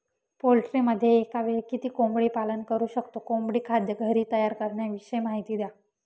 पोल्ट्रीमध्ये एकावेळी किती कोंबडी पालन करु शकतो? कोंबडी खाद्य घरी तयार करण्याविषयी माहिती द्या